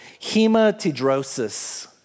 hematidrosis